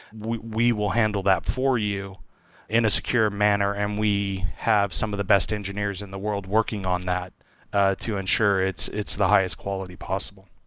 we we will handle that for you in a secure manner, and we have some of the best engineers in the world working on that to ensure it's it's the highest quality possible